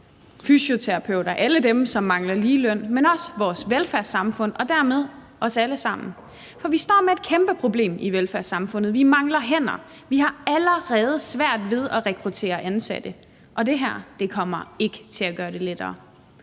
fysioterapeuter, alle dem, som mangler ligeløn, men også vores velfærdssamfund og dermed os alle sammen. For vi står med et kæmpe problem i velfærdssamfundet: Vi mangler hænder. Vi har allerede svært ved at rekruttere ansatte, og det her kommer ikke til at gøre det lettere.